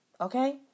okay